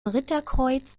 ritterkreuz